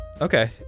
Okay